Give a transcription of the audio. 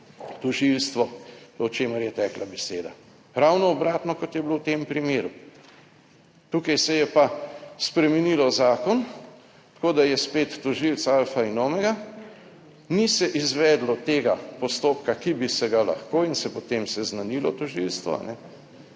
tožilstvo, o čemer je tekla beseda. Ravno obratno kot je bilo v tem primeru. Tukaj se je pa spremenilo zakon, tako da je spet tožilec alfa in omega, ni se izvedlo tega postopka, ki bi se ga lahko in se potem seznanilo tožilstvo,